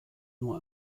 nur